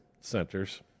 centers